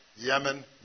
Yemen